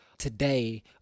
Today